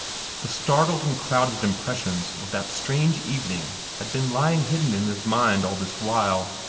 the startled and crowded impressions of that strange evening had been lying hidden in his mind all this while,